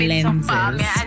Lenses